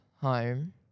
home